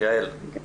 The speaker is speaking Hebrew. ראשית,